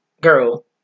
Girl